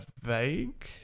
vague